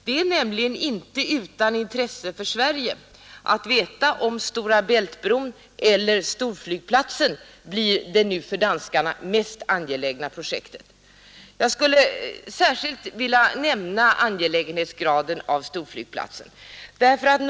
Det är nämligen inte utan intresse för Sverige att veta om Stora Bält-bron eller storflygplatsen blir det nu för danskarna mest angelägna projektet. Jag skulle särskilt vilja nämna storflygplatsens angelägenhetsgrad.